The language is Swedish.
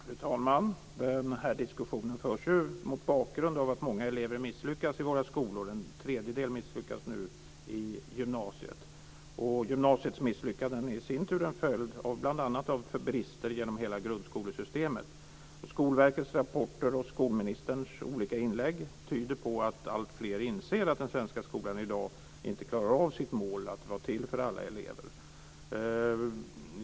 Fru talman! Den här diskussionen förs mot bakgrund av att många elever misslyckas i våra skolor. En tredjedel misslyckas i gymnasiet. Gymnasiets misslyckanden är i sin tur en följd av bl.a. brister genom hela grundskolesystemet. Skolverkets rapporter och skolministerns olika inlägg tyder på att alltfler inser att den svenska skolan inte klarar av sitt mål att vara till för alla elever.